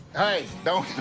hey, don't